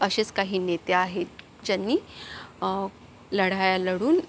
असेच काही नेते आहेत ज्यांनी लढाया लढून